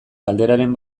galderaren